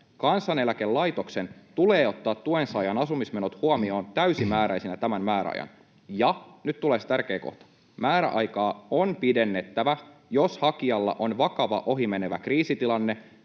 Kansaneläkelaitoksen tulee ottaa tuensaajan asumismenot huomioon täysimääräisinä tämän määräajan.” Ja nyt tulee se tärkeä kohta: ”Määräaikaa on pidennettävä, jos hakijalla on vakava ohimenevä kriisitilanne